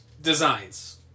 designs